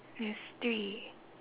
there's three